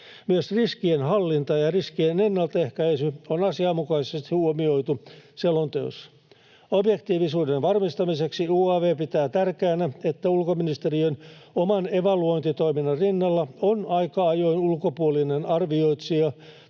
Myös ris-kien hallinta ja riskien ennaltaehkäisy on asianmukaisesti huomioitu selonteossa. Objektiivisuuden varmistamiseksi UaV pitää tärkeänä, että ulkoministeriön oman evaluointitoiminnan rinnalla on aika ajoin ulkopuolinen arvioitsija